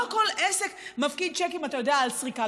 לא כל עסק מפקיד צ'קים בסריקה,